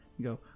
Go